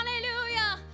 hallelujah